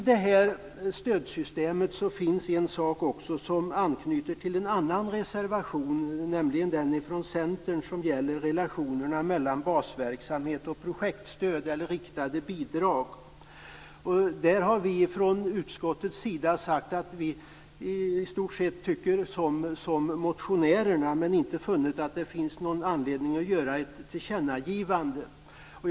Det finns även en annan reservation som anknyter till detta system, nämligen den från Centern som gäller relationerna mellan basverksamhet och projektstöd eller riktade bidrag. Vi har från utskottets sida sagt att vi i stort sett tycker som motionärerna men inte funnit att det finns någon anledning att göra ett tillkännagivande.